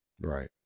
Right